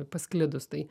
pasklidus tai